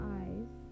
eyes